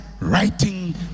writing